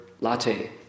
latte